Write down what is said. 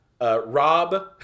Rob